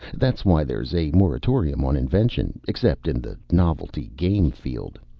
that's why there's a moratorium on invention, except in the novelty game field.